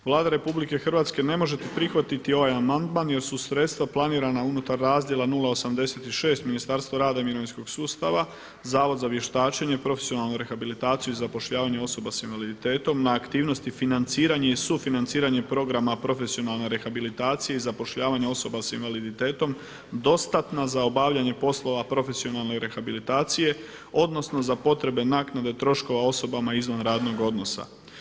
Vlada Republike Hrvatske ne može prihvatiti ovaj amandman jer su sredstva planirana unutar razdjela 086 – Ministarstvo rada i mirovinskog sustava, Zavod za vještačenje, profesionalnu rehabilitaciju i zapošljavanje osoba s invaliditetom na aktivnosti – Financiranje i sufinanciranje programa profesionalne rehabilitacije i zapošljavanja osoba s invaliditetom, dostatna za obavljanje poslova profesionalne rehabilitacije odnosno za potrebe naknade troškova osobama izvan radnog odnosa.